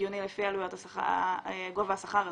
יכול להבין שזה לא באמת הגיוני לפי גובה השכר הזה,